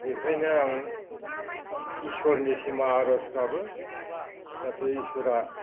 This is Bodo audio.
बेखायनो आं इसोरनिसिम आर'ज गाबो जाहथे इसोरा